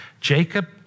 Jacob